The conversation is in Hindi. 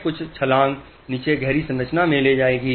कुछ उछल कर नीचे गहरी संरचना में चले जाएंगे